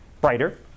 brighter